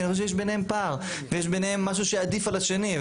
כי אני חושב שיש ביניהם פער ויש ביניהם משהו שעדיף על השני.